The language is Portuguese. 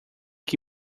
que